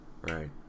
Right